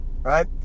right